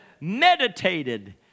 meditated